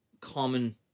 common